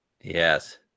Yes